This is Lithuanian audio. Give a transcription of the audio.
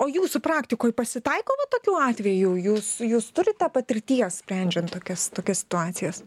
o jūsų praktikoj pasitaiko va tokių atvejų jūs jūs turite patirties sprendžiant tokias tokias situacijas